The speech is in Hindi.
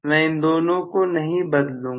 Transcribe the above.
मैं इन दोनों को नहीं बदलूंगा